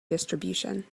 distribution